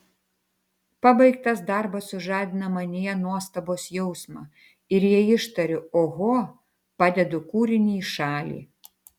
pabaigtas darbas sužadina manyje nuostabos jausmą ir jei ištariu oho padedu kūrinį į šalį